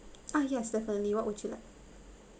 ah yes definitely what would you like